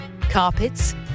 carpets